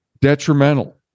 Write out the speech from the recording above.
detrimental